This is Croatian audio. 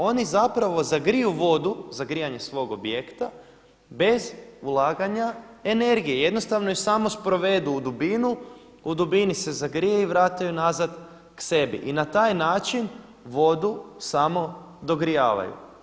Oni zapravo zagriju vodu za grijanje svog objekta bez ulaganja energije, jednostavno je samo sprovedu u dubinu, u dubini se zagrije i vrate ju nazad k sebi i na taj način vodu samo dogrijavaju.